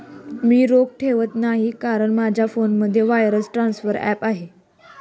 मी रोख ठेवत नाही कारण माझ्या फोनमध्ये वायर ट्रान्सफर ॲप आहे